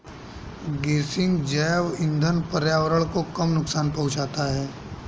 गेसिंग जैव इंधन पर्यावरण को कम नुकसान पहुंचाता है